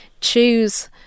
choose